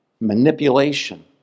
manipulation